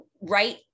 right